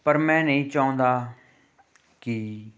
ਪਰ ਮੈਂ ਨਹੀਂ ਚਾਹੁੰਦਾ ਕਿ